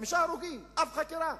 חמישה הרוגים, שום חקירה.